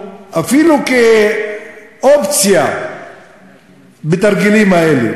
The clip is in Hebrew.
אפילו כאופציה בתרגילים האלה.